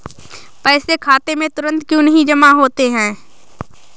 पैसे खाते में तुरंत क्यो नहीं जमा होते हैं?